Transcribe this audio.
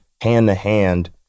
hand-to-hand